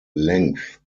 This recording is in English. length